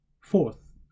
Fourth